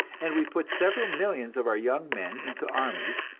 and we put several millions of our young men into armies,